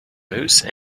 moose